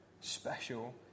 special